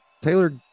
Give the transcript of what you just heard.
Taylor